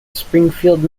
springfield